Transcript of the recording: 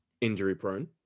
injury-prone